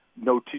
No